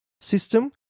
system